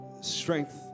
strength